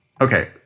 Okay